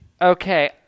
Okay